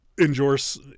endorse